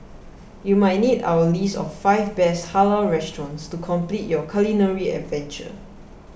you might need our list of five best halal restaurants to complete your culinary adventure